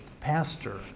pastor